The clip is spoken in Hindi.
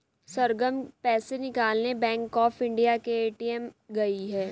सरगम पैसे निकालने बैंक ऑफ इंडिया के ए.टी.एम गई है